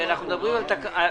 אנחנו מדברים על תקנות,